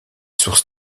sources